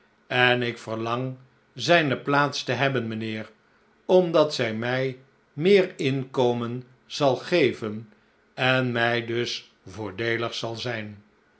en ik verlang zijne plaats te hebben mijnheer omdat zij mij meer inkomen zal geven en mij dus voordeelig zal zijn